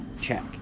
check